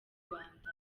rwanda